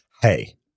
hey